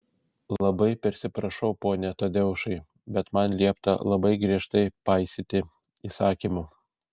labai persiprašau pone tadeušai bet man liepta labai griežtai paisyti įsakymų